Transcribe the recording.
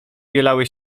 bielały